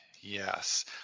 Yes